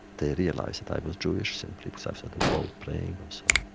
they realized that i was jewish simply because i was at the wall praying, ah so